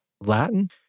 Latin